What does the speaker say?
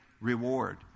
reward